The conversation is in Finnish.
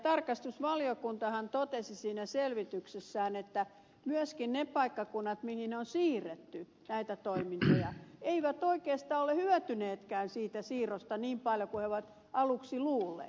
tarkastusvaliokuntahan totesi siinä selvityksessään että myöskään ne paikkakunnat mihin on siirretty näitä toimintoja eivät oikeastaan ole hyötyneetkään siitä siirrosta niin paljon kuin ovat aluksi luulleet